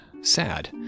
sad